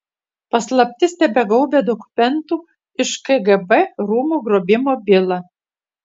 paslaptis tebegaubia dokumentų iš kgb rūmų grobimo bylą